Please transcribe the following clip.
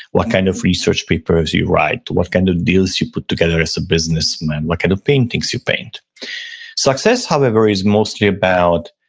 what kind of research papers you write, what kind of deals you put together as a business man, what kind of paintings you paint success however, is mostly about,